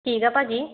ਠੀਕ ਆ ਭਾਅ ਜੀ